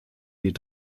die